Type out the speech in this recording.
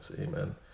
Amen